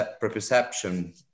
perception